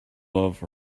love